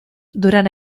durant